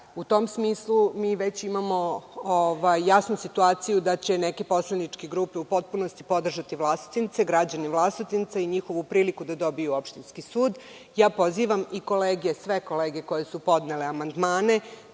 U tom smislu, mi već imamo jasnu situaciju da će neke poslaničke grupe u potpunosti podržati Vlasotince, građane Vlasotinca i njihovu priliku da dobiju opštinski sud. Ja pozivam sve kolege koje su podnele amandmane